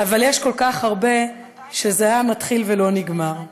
אבל יש כל כך הרבה, שזה היה מתחיל ולא נגמר.